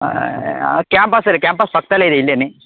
campus ಇದೆ campus ಪಕ್ಕದಲ್ಲೇ ಇದೆ ಇಲ್ಲೇ